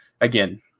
again